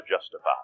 justified